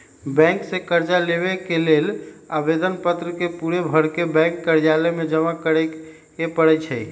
bank से कर्जा लेबे के लेल आवेदन पत्र के पूरे भरके बैंक कर्जालय में जमा करे के परै छै